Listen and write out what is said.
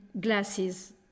glasses